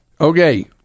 Okay